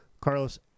Carlos